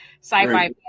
sci-fi